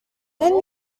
and